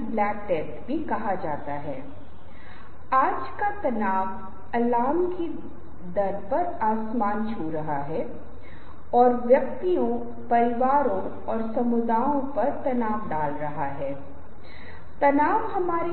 इसलिए आप देखते हैं कि आपके पास कई अवसर हो सकते हैं जहां आपसे पूछा जाता है कि आप अपने शरीर की मदद से ही अपनी प्रस्तुति दें और एक अच्छी प्रस्तुति बनाने के लिए आपको अपने शरीर के अभिव्यंजक गुणों के बारे में